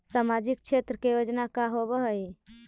सामाजिक क्षेत्र के योजना का होव हइ?